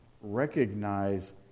recognize